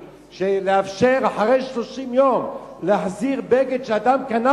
לאפשר אחרי 30 יום להחזיר בגד שאדם קנה,